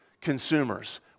consumers